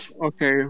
okay